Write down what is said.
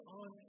on